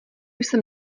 jsem